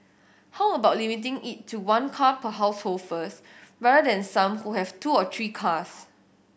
how about limiting it to one car per household first rather than some who have two or three cars